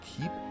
keep